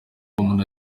umuntu